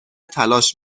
تلاش